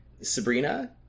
Sabrina